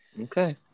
Okay